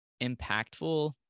impactful